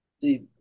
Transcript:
See